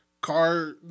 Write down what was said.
car